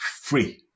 free